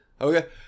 okay